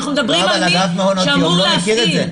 אנחנו מדברים על מי שאמור להסכים.